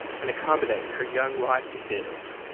and accommodate her young life to his.